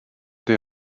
des